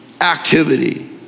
activity